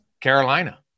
Carolina